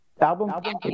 album